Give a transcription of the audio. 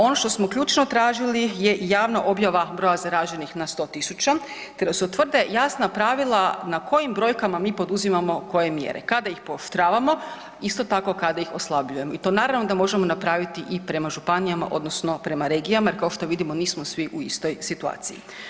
Ono što smo ključno tražili je i javna objava broja zaraženih na 100.000 te da se utvrde jasna pravila na kojim brojkama mi poduzimamo koje mjere, kada ih pooštravamo, isto tako kada ih oslabljujemo i to naravno da možemo napraviti i prema županijama odnosno prema regijama, jer kao što vidimo nismo svi u istoj situaciji.